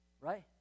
right